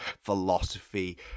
philosophy